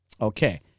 Okay